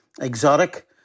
exotic